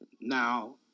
Now